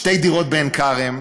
שתי דירות בעין-כרם,